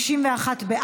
סעיפים 1 3 נתקבלו.